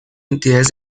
entidades